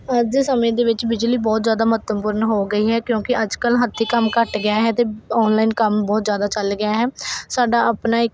ਅੱਜ ਦੇ ਸਮੇਂ ਦੇ ਵਿੱਚ ਬਿਜਲੀ ਬਹੁਤ ਜ਼ਿਆਦਾ ਮਹੱਤਵਪੂਰਨ ਹੋ ਗਈ ਹੈ ਕਿਉਂਕਿ ਅੱਜ ਕੱਲ੍ਹ ਹੱਥੀਂ ਕੰਮ ਘੱਟ ਗਿਆ ਹੈ ਅਤੇ ਆਨਲਾਈਨ ਕੰਮ ਬਹੁਤ ਜ਼ਿਆਦਾ ਚੱਲ ਗਿਆ ਹੈ ਸਾਡਾ ਆਪਣਾ